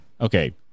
Okay